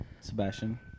Sebastian